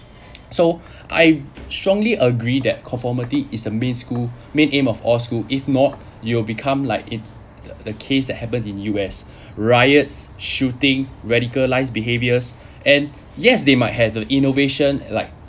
so I strongly agree that conformity is the main school main aim of all school if not you will become like it the case that happened in U_S riots shooting radicalised behaviors and yes they might have innovation like